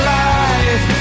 life